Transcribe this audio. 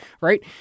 right